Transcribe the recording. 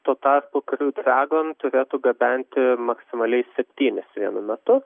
tuo tarpu kriu dragon turėtų gabenti maksimaliai septynis vienu metu